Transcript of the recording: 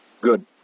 Good